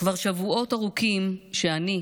כבר שבועות ארוכים אני,